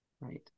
Right